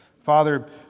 Father